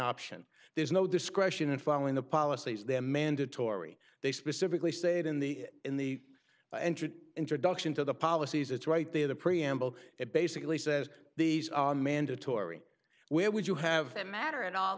option there's no discretion in following the policies they're mandatory they specifically said in the in the entry introduction to the policies it's right there the preamble it basically says these are mandatory where would you have the matter at all